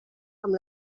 amb